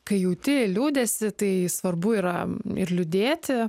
kai jauti liūdesį tai svarbu yra ir liūdėti